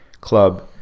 Club